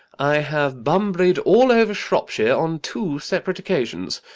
i have bunburyed all over shropshire on two separate occasions.